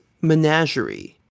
Menagerie